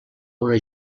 una